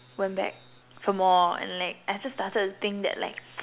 went back for more and like I just started to think that like